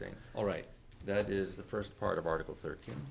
doing all right that is the first part of article thirteen